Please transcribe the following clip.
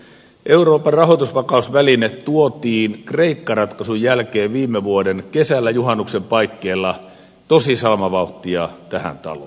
euroopan rahoitusvakausväline tuotiin kreikka ratkaisun jälkeen viime vuoden kesällä juhannuksen paikkeilla tosi salamavauhtia tähän taloon eduskunnan käsittelyyn